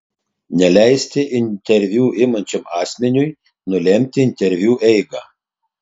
neleisti interviu imančiam asmeniui nulemti interviu eigą